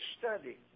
study